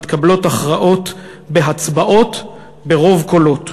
מתקבלות הכרעות בהצבעות ברוב קולות.